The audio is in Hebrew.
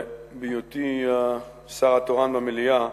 בהיותי השר התורן במליאה,